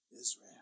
Israel